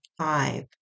five